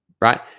Right